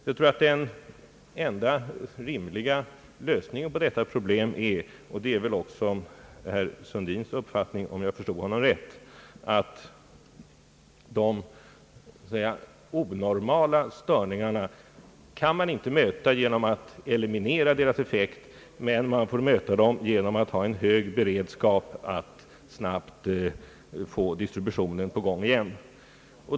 Jag tror att den enda rimliga lösningen på detta problem är — och det är väl också herr Sundins uppfattning, om jag förstod honom rätt — att man inte kan möta de onormala störningarna genom att eliminera deras effekt, men man får möta dem genom att ha en hög beredskap för att snabbt få i gång distributionen igen.